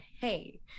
hey